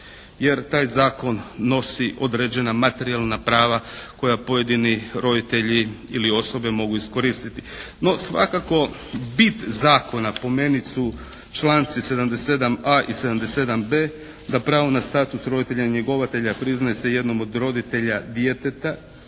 Jer taj zakon nosi određena materijalna prava koja pojedini roditelji ili osobe mogu iskoristiti. No, svakako bit zakona po meni su članci 77.a i 77.b da pravo na status roditelja i njegovatelja priznaju se jednom od roditelja djeteta